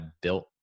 built